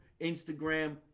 Instagram